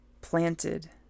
planted